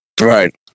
Right